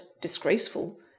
disgraceful